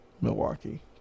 Milwaukee